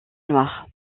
noire